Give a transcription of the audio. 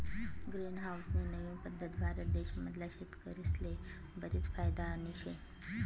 green house नी नवीन पद्धत भारत देश मधला शेतकरीस्ले बरीच फायदानी शे